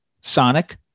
sonic